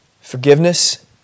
Forgiveness